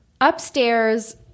Upstairs